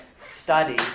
study